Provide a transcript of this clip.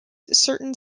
certain